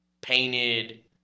Painted